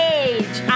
age